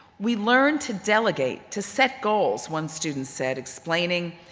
we learn to delegate, to set goals, one student said explaining,